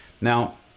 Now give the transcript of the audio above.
Now